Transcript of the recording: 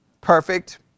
Perfect